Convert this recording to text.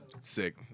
Sick